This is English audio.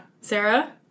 Sarah